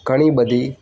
ઘણી બધી